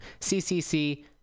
CCC